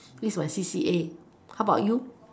this is my C_C_A how about you